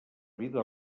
vida